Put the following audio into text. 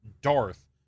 Darth